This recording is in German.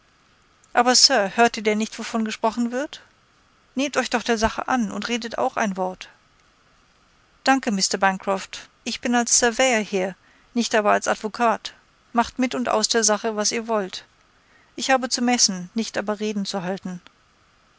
aber sir hört ihr denn nicht wovon gesprochen wird nehmt euch doch der sache an und redet auch ein wort danke mr bancroft ich bin als surveyor hier nicht aber als advokat macht mit und aus der sache was ihr wollt ich habe zu messen nicht aber reden zu halten